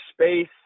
space